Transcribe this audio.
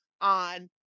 on